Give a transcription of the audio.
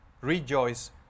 Rejoice